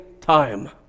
time